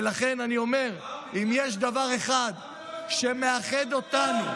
ולכן אני אומר, אם יש דבר אחד שמאחד אותנו,